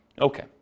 Okay